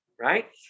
right